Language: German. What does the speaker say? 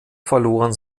verloren